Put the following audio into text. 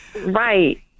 right